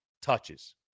touches